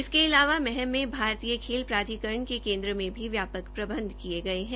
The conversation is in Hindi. इसके अलावा महम में भारतीय खेल प्राधिकरण के केन्द्र में भी व्यापक प्रबंध किए गए हैं